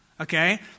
Okay